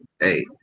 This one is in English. hey